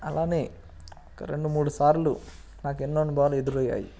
అలాగే ఒక రెండు మూడు సార్లు నాకు ఎన్నో అనుభవాలు ఎదురయ్యాయి